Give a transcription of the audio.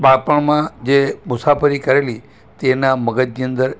બાળપણમાં જે મુસાફરી કરેલી તેના મગજની અંદર